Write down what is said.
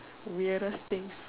weirdest things